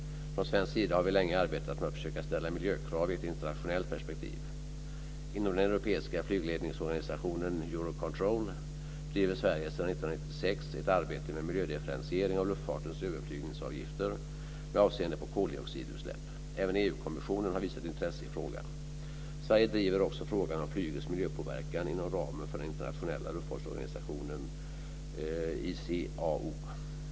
Från svensk sida har vi länge arbetat med att försöka ställa miljökrav i ett internationellt perspektiv. Inom den europeiska flygledningsorganisationen Eurocontrol driver Sverige sedan 1996 ett arbete med miljödifferentiering av luftfartens överflygningsavgifter med avseende på koldioxidutsläpp. Även Europakommissionen har visat intresse i frågan. Sverige driver också frågan om flygets miljöpåverkan inom ramen för den internationella luftfartsorganisationen ICAO.